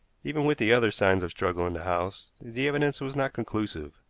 even with the other signs of struggle in the house the evidence was not conclusive.